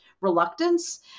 reluctance